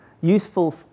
useful